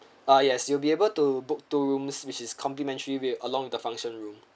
ah yes you'll be able to book two rooms which is complimentary with along with the function room